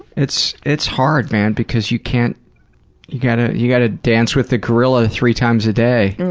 it's it's hard, man, because you can't you gotta you gotta dance with the gorilla three times a day,